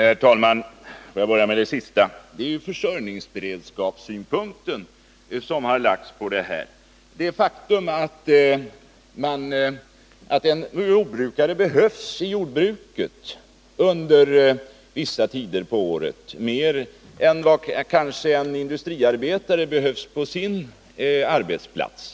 Herr talman! Får jag börja med det sista argumentet. Det har lagts försörjningsberedskapssynpunkter på det här ärendet. Det är ett faktum att en jordbrukare behövs i jordbruket under vissa tider på året, mer än vad kanske en industriarbetare behövs på sin arbetsplats.